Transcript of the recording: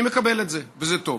אני מקבל את זה, וזה טוב.